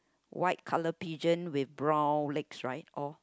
white colour pigeon with brown legs right or